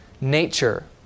nature